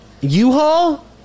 U-Haul